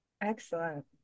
Excellent